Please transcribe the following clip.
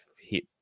hit